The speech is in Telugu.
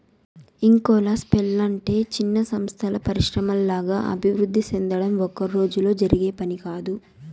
ఇంకోలా సెప్పలంటే చిన్న సంస్థలు పరిశ్రమల్లాగా అభివృద్ధి సెందడం ఒక్కరోజులో జరిగే పని కాదు